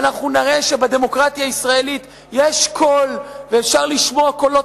ואנחנו נראה שבדמוקרטיה הישראלית יש קול ואפשר לשמוע קולות